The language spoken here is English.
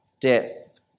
death